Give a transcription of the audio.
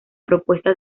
propuesta